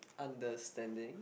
understanding